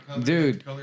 dude